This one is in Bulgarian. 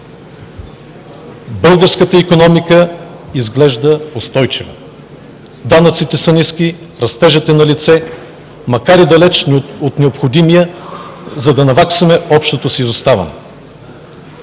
Българската икономика изглежда устойчива, данъците са ниски, растежът е налице, макар и далеч от необходимия, за да наваксаме общото си изоставане.